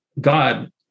God